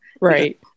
right